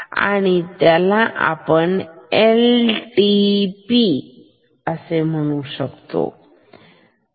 आपण यांना L T P असे म्हणू या